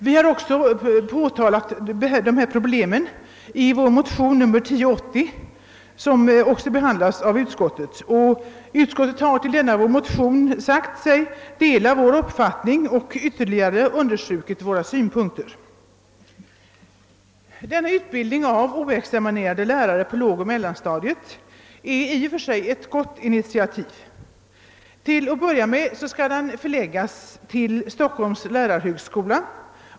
Vi har tagit upp dessa problem i vår motion II: 1080, som också behandlats av utskottet. Utskottet har därvid sagt sig dela vår uppfattning och ytterligare understrukit våra synpunkter. Utbildningen av oexaminerade lärare på lågoch mellanstadiet är i och för sig ett gott initiativ. Till att börja med skall denna utbildning förläggas enbart till Stockholms lärarhögskola.